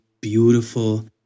beautiful